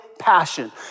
Passion